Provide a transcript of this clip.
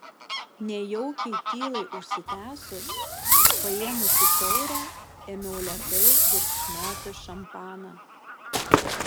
nejaukiai tylai užsitęsus paėmusi taurę ėmiau lėtai gurkšnoti šampaną